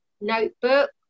notebook